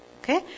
Okay